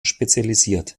spezialisiert